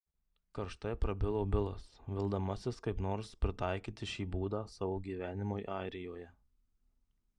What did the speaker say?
karštai prabilo bilas vildamasis kaip nors pritaikyti šį būdą savo gyvenimui airijoje